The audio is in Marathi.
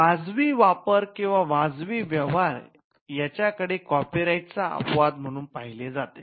वाजवी वापर किंवा वाजवी व्यवहार याच्या कडे कॉपीराइट चा अपवाद म्हणून पाहिले जाते